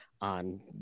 on